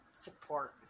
support